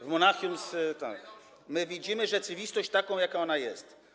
W Monachium, tak? ...my widzimy rzeczywistość taką, jaką ona jest.